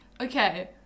Okay